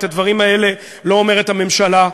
את הדברים האלה לא אומרת הממשלה,